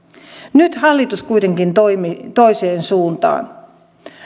nyt hallitus kuitenkin toimii toiseen suuntaan